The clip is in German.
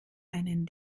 einen